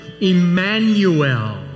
Emmanuel